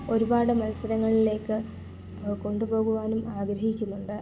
ഒരുപാട് മത്സരങ്ങളിലേക്ക് കൊണ്ടുപോകുവാനും ആഗ്രഹിക്കുന്നുണ്ട്